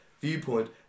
viewpoint